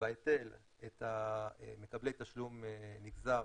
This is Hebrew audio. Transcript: בהיטל את מקבלי תשלום נגזר,